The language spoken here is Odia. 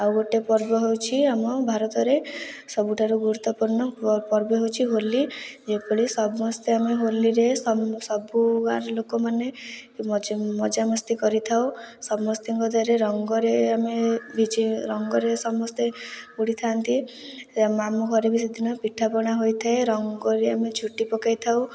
ଆଉ ଗୋଟେ ପର୍ବ ହେଉଛି ଆମ ଭାରତରେ ସବୁଠାରୁ ଗୁରୁତ୍ଵପୂର୍ଣ୍ଣ ପର୍ବ ହେଉଛି ହୋଲି ଯେପରି ସମସ୍ତେ ଆମେ ହୋଲିରେ ସବୁ ଗାଁର ଲୋକମାନେ ମଜାମସ୍ତି କରିଥାଉ ସମସ୍ତିଙ୍କ ଦେହରେ ରଙ୍ଗରେ ଆମେ କିଛି ରଙ୍ଗରେ ସମସ୍ତେ ବୁଡ଼ିଥାନ୍ତି ଆମ ଘରେ ବି ସେଥିପାଇଁ ପିଠାପଣା ହୋଇଥାଏ ରଙ୍ଗରେ ଆମେ ଝୋଟି ପକାଇଥାଉ